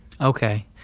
Okay